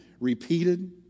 repeated